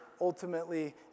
ultimately